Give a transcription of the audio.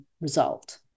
result